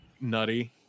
nutty